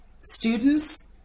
students